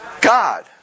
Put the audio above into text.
God